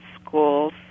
schools